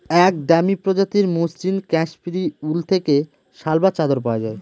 এক দামি প্রজাতির মসৃন কাশ্মীরি উল থেকে শাল বা চাদর পাওয়া যায়